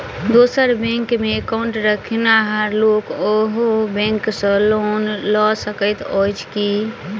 दोसर बैंकमे एकाउन्ट रखनिहार लोक अहि बैंक सँ लोन लऽ सकैत अछि की?